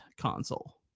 console